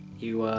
you were.